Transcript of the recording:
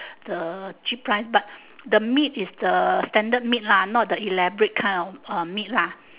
the cheap price but the meat is the standard meat lah not the elaborate kind of meat lah